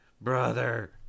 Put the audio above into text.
brother